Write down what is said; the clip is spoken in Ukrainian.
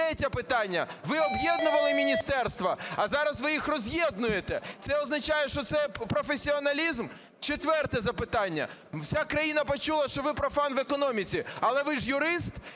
Третє питання. Ви об’єднували міністерства, а зараз ви їх роз’єднуєте. Це означає, що це професіоналізм? Четверте запитання. Вся країна почула, що ви профан в економіці. Але ви ж юрист?